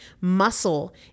Muscle